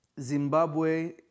Zimbabwe